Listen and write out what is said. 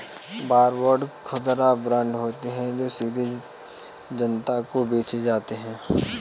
war bond खुदरा bond होते हैं जो सीधे जनता को बेचे जाते हैं